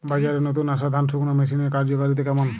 বাজারে নতুন আসা ধান শুকনোর মেশিনের কার্যকারিতা কেমন?